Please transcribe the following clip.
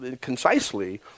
concisely